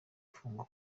ifungwa